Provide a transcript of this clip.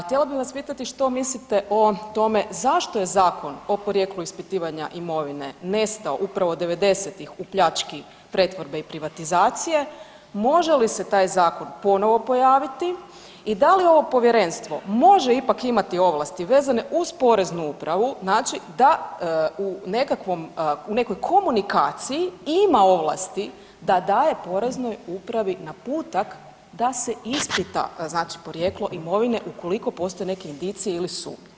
Htjela bih vas pitati što mislite o tome zašto je Zakon o porijeklu ispitivanja imovine nestao upravo '90.-tih u pljački pretvorbe i privatizacije, može li se taj zakon ponovo pojaviti i da li ovo povjerenstvo može ipak imati ovlasti vezane uz poreznu upravu, znači da u nekakvom, u nekoj komunikaciji ima ovlasti da daje poreznoj upravi naputak da se ispita znači porijeklo imovine ukoliko postoje neke indicije ili sumnje?